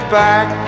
back